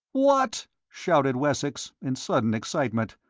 what! shouted wessex, in sudden excitement.